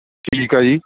ਠੀਕ ਆ ਜੀ